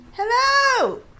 hello